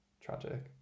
tragic